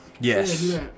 Yes